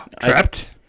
Trapped